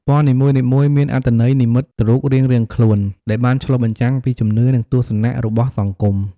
ពណ៌នីមួយៗមានអត្ថន័យនិមិត្តរូបរៀងៗខ្លួនដែលបានឆ្លុះបញ្ចាំងពីជំនឿ និងទស្សនៈរបស់សង្គម។